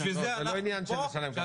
בשביל זה אנחנו פה,